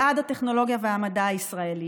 בעד הטכנולוגיה והמדע הישראלי,